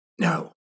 No